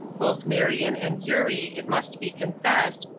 both marion and eurie, it must be confessed,